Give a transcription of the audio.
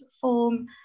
form